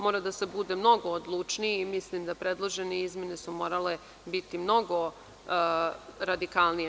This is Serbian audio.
Mora da se bude mnogo odlučniji i mislim da predložene izmene su morale biti mnogo radikalnije.